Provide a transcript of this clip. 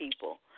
people